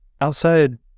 outside